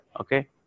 Okay